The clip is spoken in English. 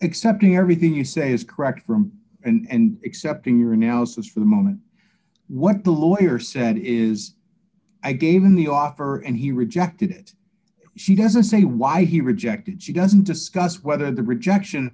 accepting everything you say is correct and accepting your analysis for the moment what the lawyer said is i gave him the offer and he rejected it she doesn't say why he rejected she doesn't discuss whether the rejection